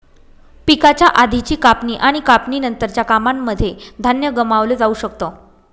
पिकाच्या आधीची कापणी आणि कापणी नंतरच्या कामांनमध्ये धान्य गमावलं जाऊ शकत